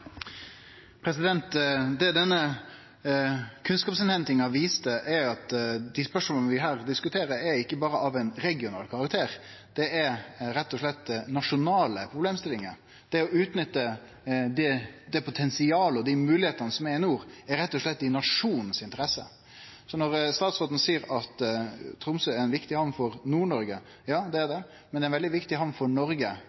interesser. Det denne kunnskapsinnhentinga viste, er at dei spørsmåla vi her diskuterer, ikkje berre er av regional karakter. Det er rett og slett nasjonale problemstillingar. Det å utnytte det potensialet og dei moglegheitene som er i nord, er rett og slett i nasjonens interesse. Når statsråden seier at Tromsø er ei viktig hamn for Nord-Noreg – ja, det er